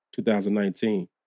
2019